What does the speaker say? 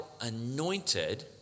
anointed